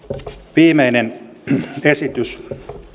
viimeinen esitys